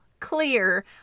clear